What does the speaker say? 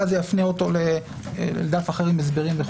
ואז זה יפנה אותו לדף אחר עם הסברים וכו'.